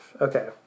okay